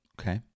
Okay